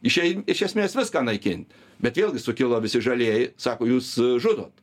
išein iš esmės viską naikinti bet vėlgi sukilo visi žalieji sako jūs žudot